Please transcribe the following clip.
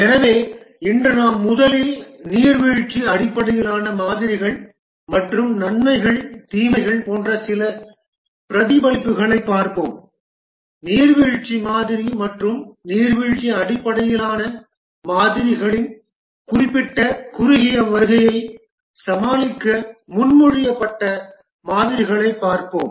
எனவே இன்று நாம் முதலில் நீர்வீழ்ச்சி அடிப்படையிலான மாதிரிகள் மற்றும் நன்மைகள் தீமைகள் போன்ற சில பிரதிபலிப்புகளைப் பார்ப்போம் நீர்வீழ்ச்சி மாதிரி மற்றும் நீர்வீழ்ச்சி அடிப்படையிலான மாதிரிகளின் குறிப்பிட்ட குறுகிய வருகையை சமாளிக்க முன்மொழியப்பட்ட மாதிரிகளைப் பார்ப்போம்